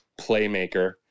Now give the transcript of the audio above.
playmaker